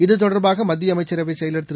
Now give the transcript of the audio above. இது தொடர்பாக மத்திய அமைச்சரவை செயலர் திரு